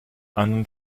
einen